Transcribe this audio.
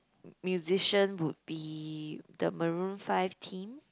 musician would be the Maroon-Five team